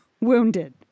wounded